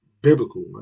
biblical